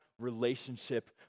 relationship